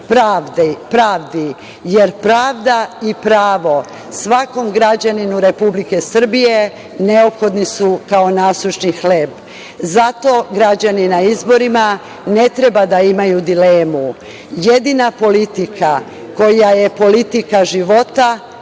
pravdi. Jer, pravda i pravo svakom građaninu Republike Srbije su neophodni kao nasušni hleb. Zato građani na izborima ne treba da imaju dilemu. Jedina politika koja je politika života,